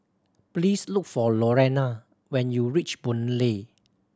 please look for Lorena when you reach Boon Lay